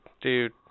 dude